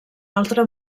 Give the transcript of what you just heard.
altre